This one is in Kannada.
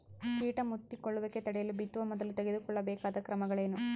ಕೇಟ ಮುತ್ತಿಕೊಳ್ಳುವಿಕೆ ತಡೆಯಲು ಬಿತ್ತುವ ಮೊದಲು ತೆಗೆದುಕೊಳ್ಳಬೇಕಾದ ಕ್ರಮಗಳೇನು?